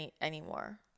anymore